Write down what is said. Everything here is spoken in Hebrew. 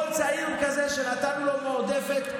כל צעיר כזה שנתנו לו מועדפת,